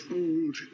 old